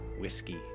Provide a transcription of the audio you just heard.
whiskey